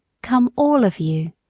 come, all of you,